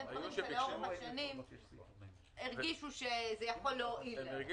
דברים שלאורך השנים הרגישו שיכולים להועיל להם.